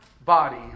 body